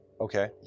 Okay